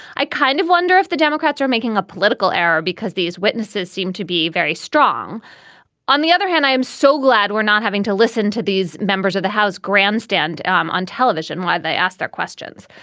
i kind of wonder if the democrats are making a political error because these witnesses seem to be very strong on the other hand i'm so glad we're not having to listen to these members of the house grandstand um on television why they ask their questions.